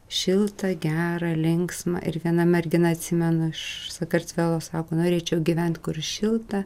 šilta gera linksma ir viena mergina atsimenu iš sakartvelo sako norėčiau gyvent kur šilta